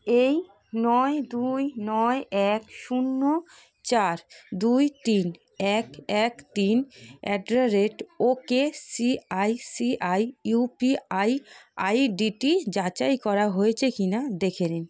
এই নয় দুই নয় এক শূন্য চার দুই তিন এক এক তিন at the rate okicici UPI আইডিটি যাচাই করা হয়েছে কি না দেখে নিন